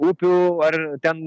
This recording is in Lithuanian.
upių ar ten